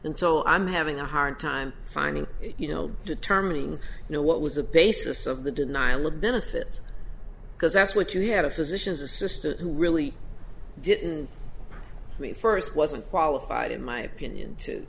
so i'm having a hard time finding you know determining know what was the basis of the denial of benefits because that's what you had a physician's assistant who really didn't mean first wasn't qualified in my opinion to